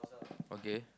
okay